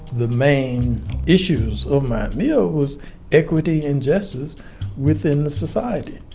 the main issues of mine mill was equity injustice within the society,